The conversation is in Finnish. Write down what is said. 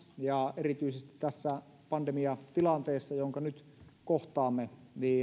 ja erityisesti tässä pandemiatilanteessa jonka nyt kohtaamme